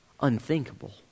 Unthinkable